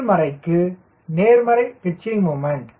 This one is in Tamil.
எதிர்மறைக்கு நேர்மறை பிச்சிங் முமண்ட்